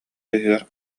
быыһыгар